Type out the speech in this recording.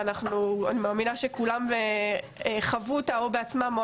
ואני מאמינה שכולם חוו אותה או בעצמם או